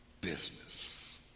business